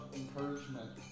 encouragement